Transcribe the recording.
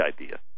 idea